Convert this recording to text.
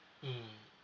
mmhmm